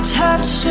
touch